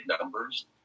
numbers